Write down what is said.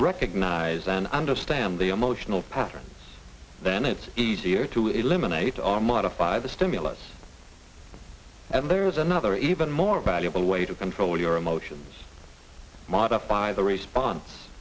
recognize and understand the emotional patterns then it's easier to eliminate all modify the stimulus and there is another even more valuable way to control your emotions modify the response